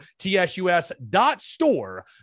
Tsus.store